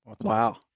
Wow